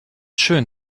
schön